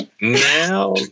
now